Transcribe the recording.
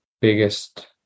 biggest